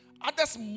Others